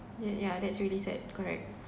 yeah yeah that's really sad correct